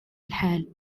الحال